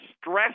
stress